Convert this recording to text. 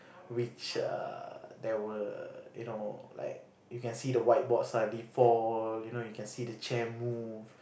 which are there were you know you can see the whiteboard suddenly fall you know you can see the chair move